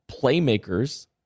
playmakers